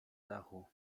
dachu